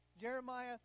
Jeremiah